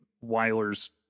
Weiler's